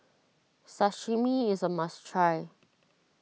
Sashimi is a must try